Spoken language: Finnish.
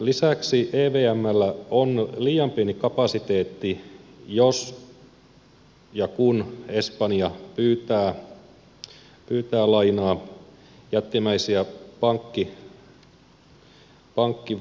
lisäksi evmllä on liian pieni kapasiteetti jos ja kun espanja pyytää lainaa jättimäisiä pankkitakuita ja pankkitukia